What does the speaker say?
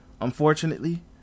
unfortunately